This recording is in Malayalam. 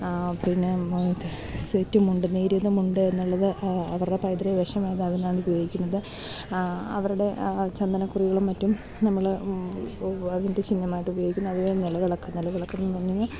പിന്നെ സെറ്റ് മുണ്ട് നേരിയത് മുണ്ട് എന്നുള്ളത് അവരുടെ പൈതൃക വേഷമായത് അതിനാണ് ഉപയോഗിക്കുന്നത് അവരുടെ ചന്ദനക്കുറികളും മറ്റും നമ്മൾ അതിൻ്റെ ചിഹ്നമായിട്ട് ഉപയോഗിക്കുന്നത് അതുവരെ നിലവിളക്ക് നിലവിളക്കെന്ന് പറഞ്ഞു കഴിഞ്ഞാൽ